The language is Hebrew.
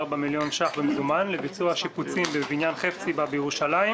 מיליון ש"ח במזומן לביצוע שיפוצים בבניין חפציבה בירושלים,